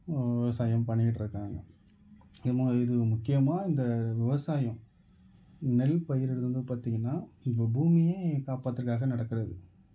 விவசாயம் பண்ணிகிட்டு இருக்காங்க இது முக்கியமாக இந்த விவசாயம் நெல் பயிர் வந்து பார்த்திங்கன்னா இப்போ பூமியே காப்பற்றுரத்துக்காக நடக்கிறது